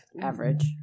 average